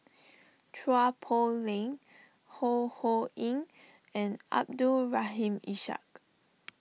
Chua Poh Leng Ho Ho Ying and Abdul Rahim Ishak